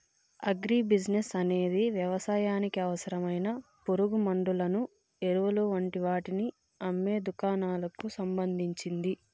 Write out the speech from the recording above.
agri business అనేది వ్యవసాయానికి అవసరమైన పురుగుమండులను, ఎరువులు వంటి వాటిని అమ్మే దుకాణాలకు సంబంధించింది